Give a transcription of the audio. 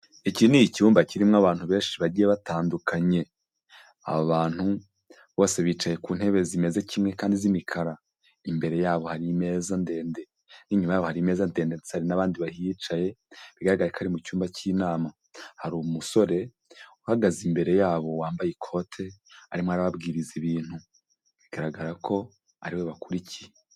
Iki ni icyumba kirimo abantu benshi bagiye batandukanye, aba abantu bose bicaye ku ntebe zimeze kimwe kandi z'imikara, imbere yabo hari imeza ndende n'inyuma yabo hari imeza ndende ndetse hari n'abandi bahicaye, bigaragare ko ari mu cyumba cy'inama, hari umusore uhagaze imbere yabo wambaye ikote arimo arababwiriza ibintu, bigaragara ko ari we bakurikiye.